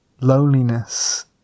loneliness